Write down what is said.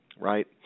right